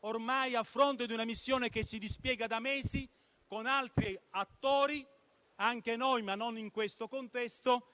a fronte di una missione che si dispiega da mesi con altri attori - anche noi, ma non in questo contesto